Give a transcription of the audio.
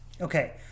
Okay